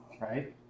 Right